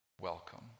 welcome